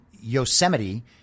Yosemite